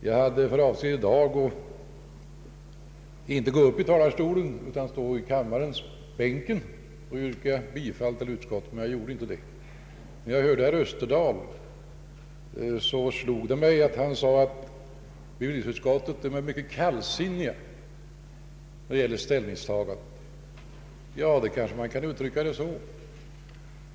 Jag hade för avsikt i dag att inte gå upp i talarstolen utan stå kvar i bänken och yrka bifall till utskottets hemställan, men det blev inte så. När jag lyssnade till herr Österdahls anförande slog det mig att han sade att bevillningsutskottet är mycket kallsinnigt i sitt ställningstagande. Ja, man kanske kan uttrycka det så.